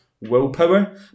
willpower